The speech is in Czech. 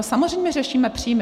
Samozřejmě řešíme příjmy.